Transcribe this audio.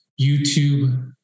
YouTube